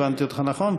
הבנתי אותך נכון?